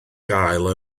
gael